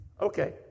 Okay